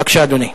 בבקשה, אדוני.